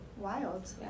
Wild